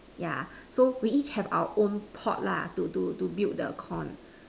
yeah so we each have our own pot lah to to to build the corn